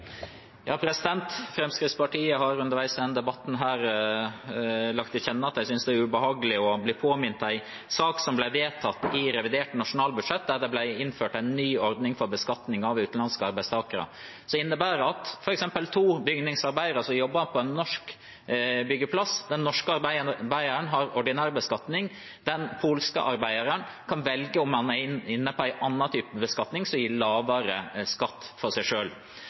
Fremskrittspartiet har underveis i denne debatten gitt til kjenne at de synes det er ubehagelig å bli påmint om en sak som ble vedtatt i forbindelse med revidert nasjonalbudsjett, der det ble innført en ny ordning for beskatning av utenlandske arbeidstakere. Den innebærer at f.eks. der to bygningsarbeidere jobber på en norsk byggeplass, har den norske arbeideren ordinær beskatning – den polske arbeideren kan velge om han vil ha en annen type beskatning, som gir lavere skatt for